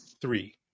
Three